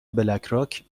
بلکراک